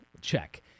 check